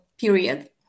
period